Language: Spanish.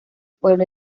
pueblo